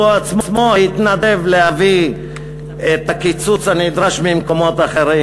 שהוא עצמו התנדב להביא את הקיצוץ הנדרש ממקומות אחרים.